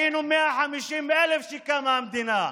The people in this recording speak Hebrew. היינו 150,000 כשקמה המדינה,